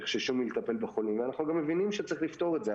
יחששו מלטפל בחולים ואנחנו גם מבינים שצריך לפתור את זה,